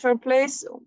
place